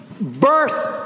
Birth